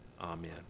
Amen